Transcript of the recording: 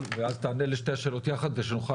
ואז תענה לשתי השאלות יחד כדי שנוכל